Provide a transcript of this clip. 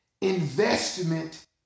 investment